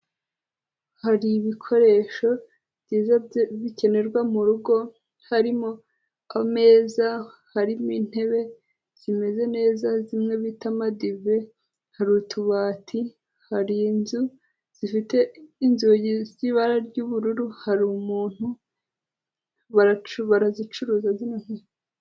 Hari ibikoresho byiza bikenerwa mu rugo, harimo ameza, harimo intebe zimeze neza zimwe bita amadive, hari utubati, hari inzu zifite inzugi z'ibara ry'ubururu, hari umuntu, barazicuruza.